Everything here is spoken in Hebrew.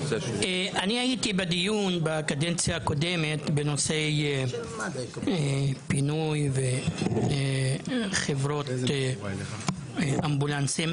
אני הייתי בדיון בקדנציה הקודמת בנושא פינוי וחברות אמבולנסים,